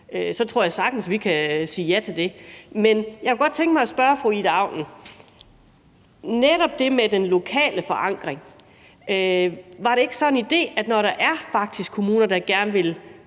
så tror jeg sagtens, vi kan sige ja til det. Men jeg kunne godt tænke mig at spørge fru Ida Auken om netop det med den lokale forankring. Var det så ikke en idé, at når der faktisk er kommuner, der gerne vil